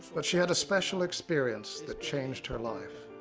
but she had a special experience that changed her life.